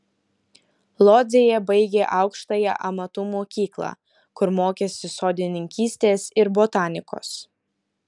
lodzėje baigė aukštąją amatų mokyklą kur mokėsi sodininkystės ir botanikos